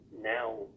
now